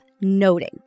noting